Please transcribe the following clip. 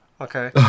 Okay